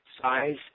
Size